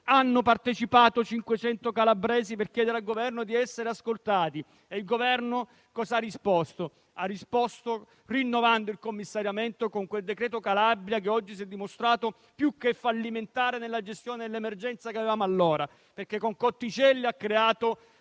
Hanno partecipato 500 calabresi per chiedere al Governo di essere ascoltati e il Governo ha risposto rinnovando il commissariamento con il cosiddetto decreto Calabria, che oggi si è dimostrato più che fallimentare nella gestione dell'emergenza che avevamo allora, creando con Cotticelli